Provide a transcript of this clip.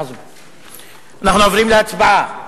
אנו עוברים להצבעה.